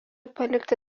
palikti